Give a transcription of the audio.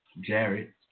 Jared